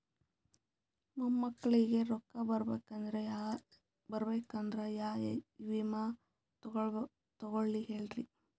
ಮೊಮ್ಮಕ್ಕಳಿಗ ರೊಕ್ಕ ಬರಬೇಕಂದ್ರ ಯಾ ವಿಮಾ ತೊಗೊಳಿ ಹೇಳ್ರಿ?